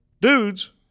dudes